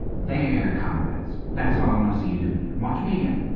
there, comrades! that's how i want to see you doing it. watch me again.